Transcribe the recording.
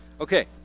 Okay